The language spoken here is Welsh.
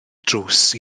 drws